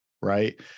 right